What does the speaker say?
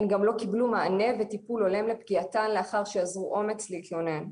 הן גם לא קיבלו מענה וטיפול הולם לפגיעתן לאחר שאזרו אומץ להתלונן.